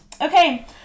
Okay